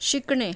शिकणे